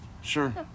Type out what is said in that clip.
sure